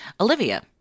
Olivia